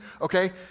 okay